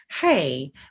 Hey